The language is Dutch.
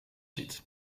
ziet